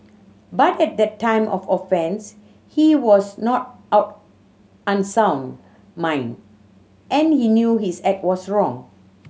but at the time of offence he was not out unsound mind and he knew his act was wrong